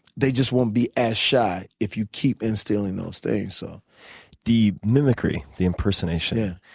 they just won't be as shy if you keep instilling those things. so the mimicry, the impersonation, yeah